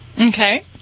Okay